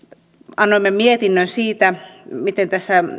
annoimme mietinnön siitä miten tässä